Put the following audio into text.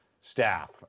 staff